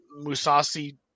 Musasi